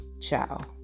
Ciao